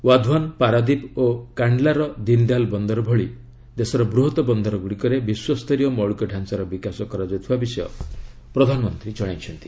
ୱାଧୱାନ ପାରାଦୀପ ଓ କାଣ୍ଡଲାର ଦୀନଦୟାଲ ବନ୍ଦର ଭଳି ଦେଶର ବୃହତ ବନ୍ଦରଗୁଡ଼ିକରେ ବିଶ୍ୱସ୍ତରୀୟ ମୌଳିକ ଢାଞ୍ଚାର ବିକାଶ କରାଯାଉଥିବା ବିଷୟ ପ୍ରଧାନମନ୍ତ୍ରୀ ଜଣାଇଛନ୍ତି